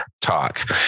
talk